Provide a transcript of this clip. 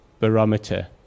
barometer